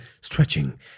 stretching